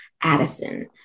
Addison